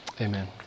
Amen